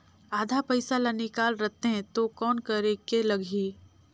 आधा पइसा ला निकाल रतें तो कौन करेके लगही?